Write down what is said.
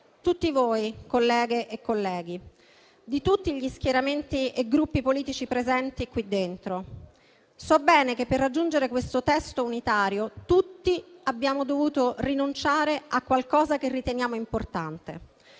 tutti voi, colleghe e colleghi di tutti gli schieramenti e Gruppi politici presenti qui dentro. So bene che, per raggiungere questo testo unitario, tutti abbiamo dovuto rinunciare a qualcosa che riteniamo importante